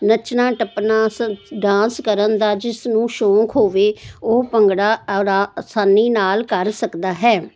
ਟੱਪਣਾ ਡਾਂਸ ਕਰਨ ਦਾ ਜਿਸ ਨੂੰ ਸ਼ੌਂਕ ਹੋਵੇ ਉਹ ਭੰਗੜਾ ਆਸਾਨੀ ਨਾਲ ਕਰ ਸਕਦਾ ਹੈ